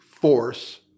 force